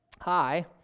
Hi